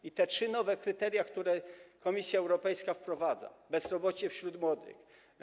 I te trzy nowe kryteria, które Komisja Europejska wprowadza: bezrobocie wśród młodych.